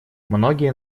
многие